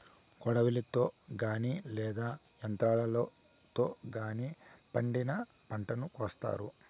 కొడవలితో గానీ లేదా యంత్రాలతో గానీ పండిన పంటను కోత్తారు